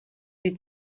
die